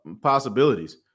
possibilities